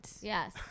Yes